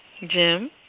Jim